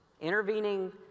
intervening